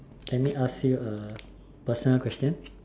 let me as you a personal question